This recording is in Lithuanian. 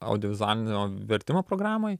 audiovizualinio vertimo programoj